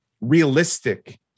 realistic